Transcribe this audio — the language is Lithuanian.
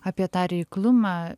apie tą reiklumą